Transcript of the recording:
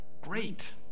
Great